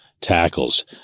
tackles